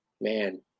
Man